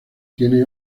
tiene